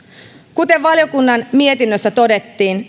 kuten valiokunnan mietinnössä todettiin